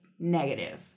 negative